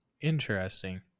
Interesting